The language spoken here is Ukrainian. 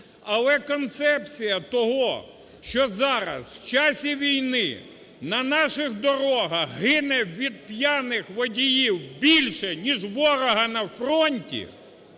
Але концепція того, що зараз в часі війни на наших дорогах гине від п'яних водіїв більше ніж від ворога на фронті